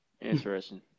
Interesting